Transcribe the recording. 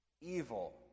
evil